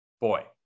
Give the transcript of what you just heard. boy